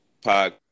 Pod